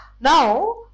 Now